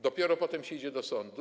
Dopiero potem idzie do sądu.